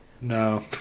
no